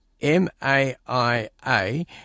M-A-I-A